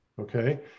okay